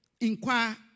inquire